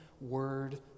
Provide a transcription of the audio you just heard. word